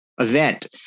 event